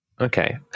Okay